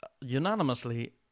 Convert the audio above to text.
unanimously